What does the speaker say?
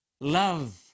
love